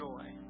joy